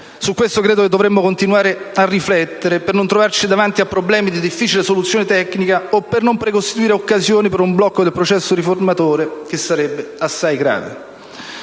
Su questo credo che dovremmo continuare a riflettere per non trovarci davanti a problemi di difficile soluzione tecnica o per non precostituire occasioni per un blocco del processo riformatore, che sarebbe assai grave.